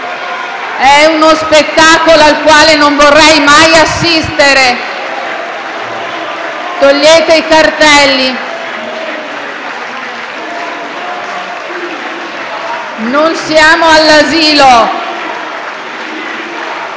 È uno spettacolo al quale non vorrei mai assistere. Togliete i cartelli. Non siamo all'asilo.